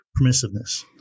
permissiveness